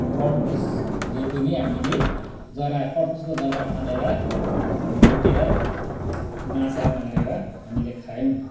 कड्कुसले पनि हामीले जरा कड्कुसको जरा खनेर कुटेर माछा मारेर हामीले खायौँ